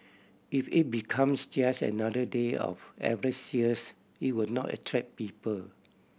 if it becomes just another day of average sales it will not attract people